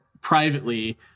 privately